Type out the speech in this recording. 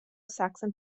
saxon